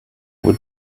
were